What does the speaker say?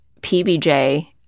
PBJ